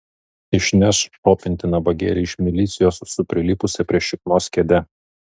išneš šopint nabagėlį iš milicijos su prilipusia prie šiknos kėde